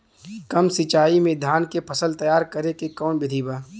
कम सिचाई में धान के फसल तैयार करे क कवन बिधि बा?